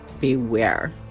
beware